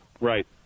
Right